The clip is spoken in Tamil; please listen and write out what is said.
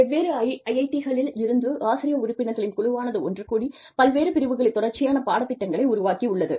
வெவ்வேறு IIT களில் இருந்து ஆசிரிய உறுப்பினர்களின் குழுவானது ஒன்று கூடி பல்வேறு பிரிவுகளில் தொடர்ச்சியான பாடத் திட்டங்களை உருவாக்கியுள்ளது